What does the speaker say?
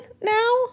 now